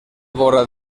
vora